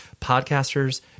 podcasters